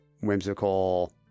whimsical